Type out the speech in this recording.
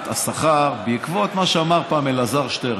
השכר בעקבות מה שאמר פעם אלעזר שטרן,